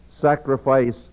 sacrifice